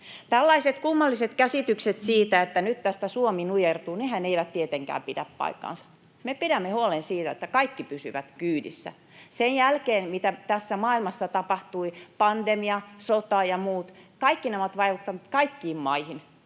Tällaiset kummalliset käsitykset siitä, että nyt tästä Suomi nujertuu, eivät tietenkään pidä paikkaansa. Me pidämme huolen siitä, että kaikki pysyvät kyydissä. Sen jälkeen, mitä tässä maailmassa tapahtui — pandemia, sota ja muut, kaikki ne ovat vaikuttaneet kaikkiin maihin,